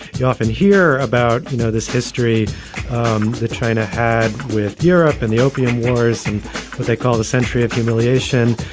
you often hear about you know this history that china had with europe and the opium wars and what they call the century of humiliation.